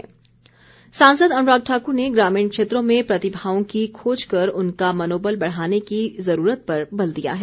अनुराग ठाकुर सांसद अनुराग ठाकुर ने ग्रामीण क्षेत्रों में प्रतिभाओं की खोज कर उनका मनोबल बढ़ाने की ज़रूरत पर बल दिया है